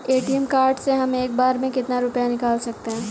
ATM card से हम एक बार में कितना रुपया निकाल सकते हैं?